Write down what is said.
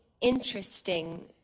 interesting